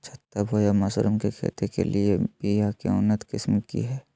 छत्ता बोया मशरूम के खेती के लिए बिया के उन्नत किस्म की हैं?